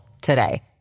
today